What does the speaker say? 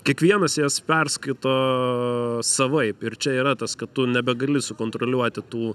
kiekvienas jas perskaito savaip ir čia yra tas kad tu nebegali sukontroliuoti tų